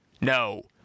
No